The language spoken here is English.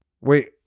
Wait